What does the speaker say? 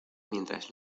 mientras